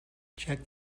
check